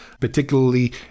particularly